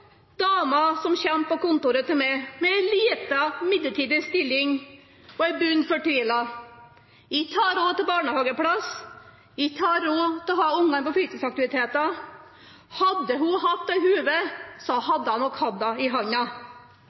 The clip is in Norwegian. dama som kommer på kontoret til meg med en liten, midlertidig stilling og er bunn fortvilet, for ikke har hun råd til barnehageplass og ikke har hun råd til å ha ungene på fritidsaktiviteter. Hadde hun hatt en lue, hadde hun nok hatt den i handa.